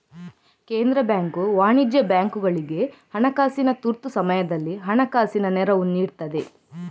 ಕೇಂದ್ರ ಬ್ಯಾಂಕು ವಾಣಿಜ್ಯ ಬ್ಯಾಂಕುಗಳಿಗೆ ಹಣಕಾಸಿನ ತುರ್ತು ಸಮಯದಲ್ಲಿ ಹಣಕಾಸಿನ ನೆರವು ನೀಡ್ತದೆ